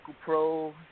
Pro